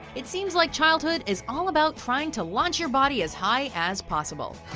it seems like childhood is all about trying to launch your body as high as possible.